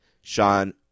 Sean